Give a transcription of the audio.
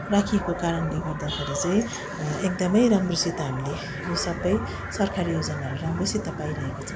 राखिएको कारणले गर्दाखेरि चाहिँ एकदमै राम्रोसित हामीले यो सबै सरकारी योजनाहरू राम्रैसित पाइरहेको छौँ